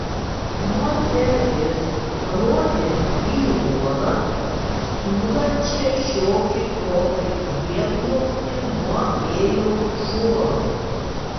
moteris parodė į uolą siūlančią šiokį tokį prieglobstį nuo vėjo šuorų